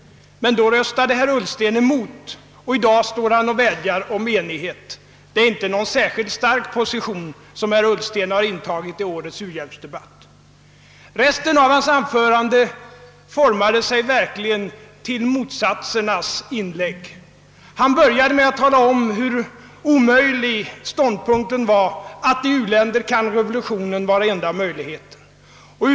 Men då röstade herr Ullsten nej, och i dag står han och vädjar om enighet. Det är inte någon särskilt stark position som herr Ullsten intagit i årets u-hjälpsdebatt. Resten av hans anförande formade sig verkligen till motsatsernas inlägg. Han började med att tala om hur omöjlig ståndpunkten att revolutionen kan vara enda möjligheten i u-länderna var.